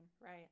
right